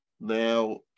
Now